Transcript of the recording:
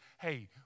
hey